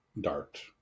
Dart